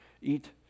eat